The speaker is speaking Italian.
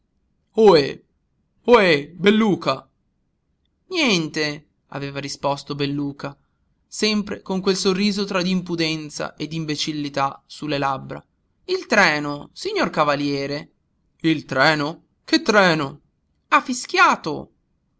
scrollandolo ohé belluca niente aveva risposto belluca sempre con quel sorriso tra d'impudenza e d'imbecillità su le labbra il treno signor cavaliere il treno che treno ha fischiato